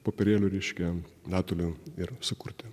popierėlių reiškia datulių ir sukurti